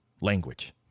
language